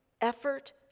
effort